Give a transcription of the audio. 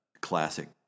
Classic